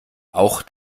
auch